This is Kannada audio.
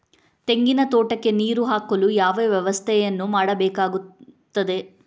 ತೆಂಗಿನ ತೋಟಕ್ಕೆ ನೀರು ಹಾಕಲು ಯಾವ ವ್ಯವಸ್ಥೆಯನ್ನು ಮಾಡಬೇಕಾಗ್ತದೆ?